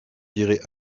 direz